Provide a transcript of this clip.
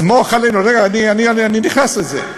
סמוך עלינו, אבל מה המקור, רגע, אני נכנס לזה.